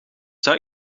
zou